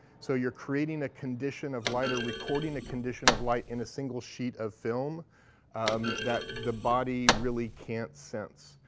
so you're creating a condition of light or recording a condition of light in a single sheet of film that the body really can't sense.